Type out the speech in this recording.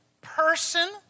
person